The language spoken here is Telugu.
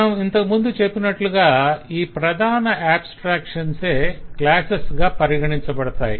మనం ఇంతకు ముందు చెప్పినట్లుగానే ఈ ప్రధాన ఆబ్స్ట్రాక్షన్సే క్లాసెస్ గా పరిగణించబడతాయి